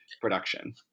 production